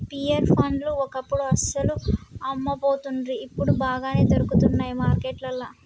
pear పండ్లు ఒకప్పుడు అస్సలు అమ్మపోతుండ్రి ఇప్పుడు బాగానే దొరుకుతానయ్ మార్కెట్లల్లా